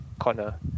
Connor